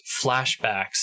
flashbacks